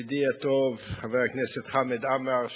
(התאמה לחוק-יסוד: